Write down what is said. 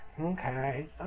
Okay